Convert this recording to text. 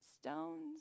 Stones